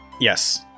Yes